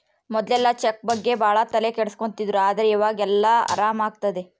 ಮೊದ್ಲೆಲ್ಲ ಚೆಕ್ ಬಗ್ಗೆ ಭಾಳ ತಲೆ ಕೆಡ್ಸ್ಕೊತಿದ್ರು ಆದ್ರೆ ಈವಾಗ ಎಲ್ಲ ಆರಾಮ್ ಆಗ್ತದೆ